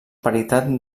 paritat